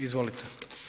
Izvolite.